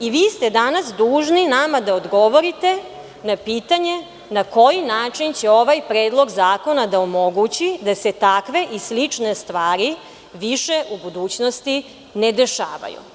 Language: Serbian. Vi ste danas dužni nama da odgovorite na pitanje na koji način će ovaj Predlog zakona da omogući da se takve i slične stvari više u budućnosti ne dešavaju?